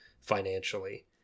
financially